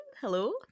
Hello